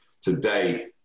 today